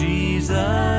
Jesus